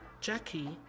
Jackie